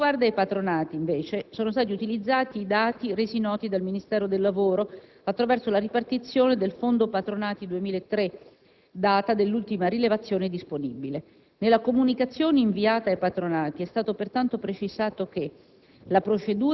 Per quanto riguarda i patronati, invece, sono stati utilizzati i dati resi noti dal Ministero del lavoro attraverso la ripartizione del fondo patronati 2003, data dell'ultima rilevazione disponibile. Nella comunicazione inviata ai patronati è stato pertanto precisato che